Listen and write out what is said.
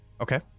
Okay